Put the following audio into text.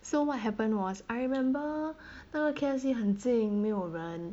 so what happened was I remember 那个 K_F_C 很静没有人